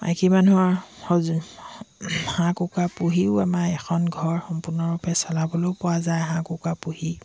মাইকী মানুহৰ হাঁহ কুকুৰা পুহিও আমাৰ এখন ঘৰ সম্পূৰ্ণৰূপে চলাবলৈও পোৱা যায় হাঁহ কুকুৰা পুহি